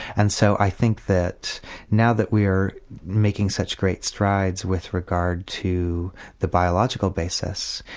and so i think that now that we are making such great strides with regard to the biological basis,